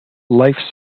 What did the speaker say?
life